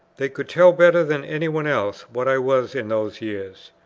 they could tell better than any one else what i was in those years.